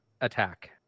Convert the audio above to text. Attack